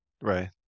Right